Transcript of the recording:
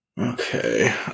Okay